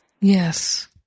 Yes